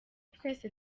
twese